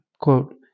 quote